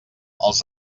els